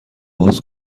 باز